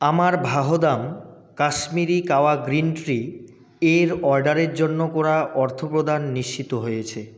আমার Vahdam Kashmiri kahwa green tea এর অর্ডারের জন্য করা অর্থপ্রদান নিশ্চিত হয়েছে